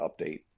update